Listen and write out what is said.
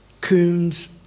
Coons